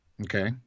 Okay